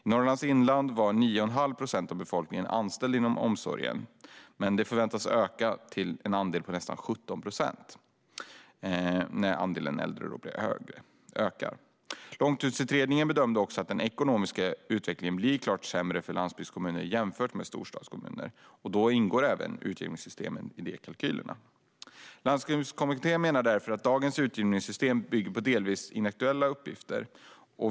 I Norrlands inland var 9,5 procent av befolkningen anställd inom omsorgen, men den andelen förväntas öka till nästan 17 procent eftersom andelen äldre ökar. Långtidsutredningen bedömde också att den ekonomiska utvecklingen blir klart sämre för landsbygdskommunerna jämfört med storstadskommunerna. Utjämningssystemet ingår i de kalkylerna. Landsbygdskommittén menar därför att dagens utjämningssystem delvis bygger på inaktuella uppgifter.